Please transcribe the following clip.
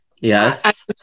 Yes